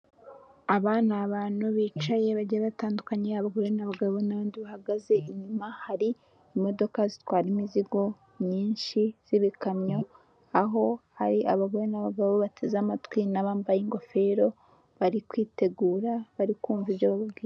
Aba ni abantu bicaye bagiye batandukanye abagore n'abagabo n'abandi bahagaze, inyuma hari imodoka zitwara imizigo myinshi z'ibikamyo, aho hari abagore n'abagabo bateze amatwi n'abambaye ingofero, bari kwitegura bari kumva ibyo bababwira.